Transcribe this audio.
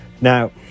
Now